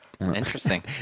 Interesting